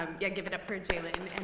um yeah give it up for jaylen